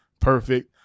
perfect